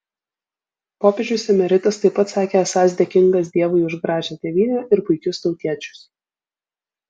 popiežius emeritas taip pat sakė esąs dėkingas dievui už gražią tėvynę ir puikius tautiečius